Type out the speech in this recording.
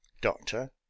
Doctor